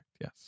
Yes